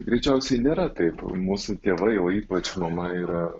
greičiausiai nėra taip mūsų tėvai o ypač mama yra